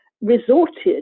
resorted